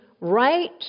right